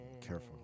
Careful